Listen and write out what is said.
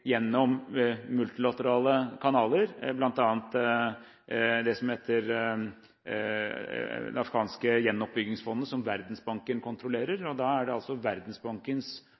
gjennom multilaterale kanaler, bl.a. gjennom gjenoppbyggingsfondet for Afghanistan, som Verdensbanken kontrollerer. Og da er det altså Verdensbankens